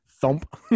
Thump